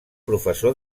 professor